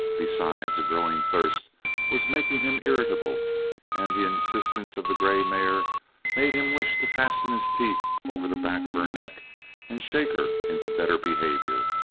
besides, a growing thirst was making him irritable and the insistence of the grey mare made him wish to fasten his teeth over the back of her neck and shake her into better behavior.